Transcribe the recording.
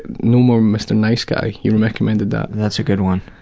no more mr nice guy you recommended that. and that's a good one.